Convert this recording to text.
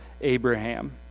Abraham